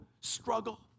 Struggle